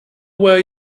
where